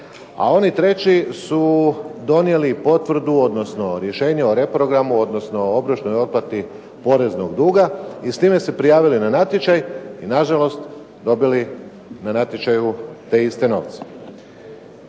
a oni treći su donijeli potvrdu, odnosno rješenje o reprogramu, odnosno obročnoj otplati poreznog duga i s time se prijavili na natječaj i nažalost dobili na natječaju te iste novce.